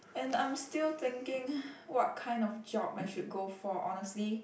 and I'm still thinking what kind of job I should go for honestly